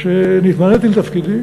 כשהתמניתי לתפקידי